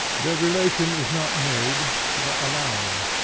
their relation is not made, but allowed.